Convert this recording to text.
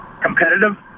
competitive